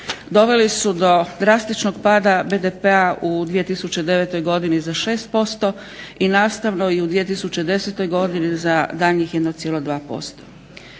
doveli su do drastičnog pada BDP-a u 2009. godini za 6% i u nastavnoj u 2010. godini za daljnjih 1,2%.